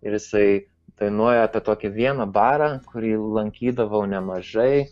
ir jisai dainuoja apie tokį vieną barą kurį lankydavau nemažai